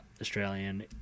Australian